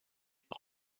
par